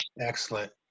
Excellent